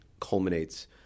culminates